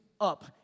up